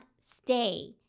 stay